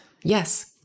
Yes